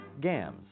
Gams